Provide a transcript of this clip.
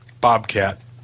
Bobcat